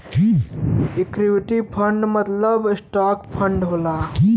equity fund मतलब stock fund होला